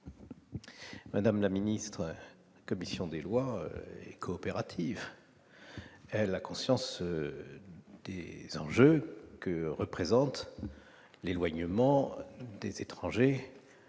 Madame la ministre, la commission des lois est coopérative. Elle a conscience des enjeux que représente l'éloignement des étrangers,